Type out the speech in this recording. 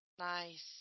Nice